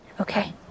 Okay